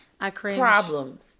problems